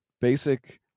basic